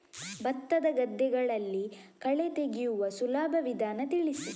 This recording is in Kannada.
ಭತ್ತದ ಗದ್ದೆಗಳಲ್ಲಿ ಕಳೆ ತೆಗೆಯುವ ಸುಲಭ ವಿಧಾನ ತಿಳಿಸಿ?